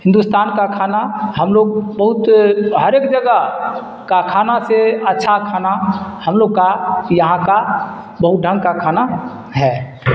ہندوستان کا کھانا ہم لوگ بہت ہر ایک جگہ کا کھانا سے اچھا کھانا ہم لوگ کا یہاں کا بہت ڈھنگ کا کھانا ہے